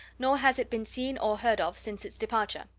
nor has it been seen or heard of since its departure.